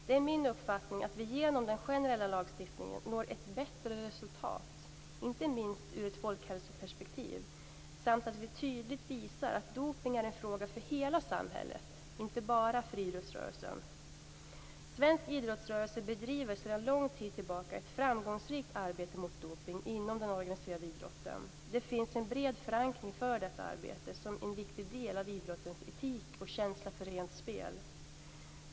Det är min uppfattning att vi genom den generella lagstiftningen når ett bättre resultat inte minst ur ett folkhälsoperspektiv samt att vi tydligt visar att dopning är en fråga för hela samhället, inte bara för idrottsrörelsen. Svensk idrottsrörelse bedriver sedan lång tid tillbaka ett framgångsrikt arbete mot dopning inom den organiserade idrotten. Det finns en bred förankring för detta arbete som en viktig del av idrottens etik och känsla för rent spel.